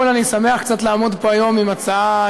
בבקשה,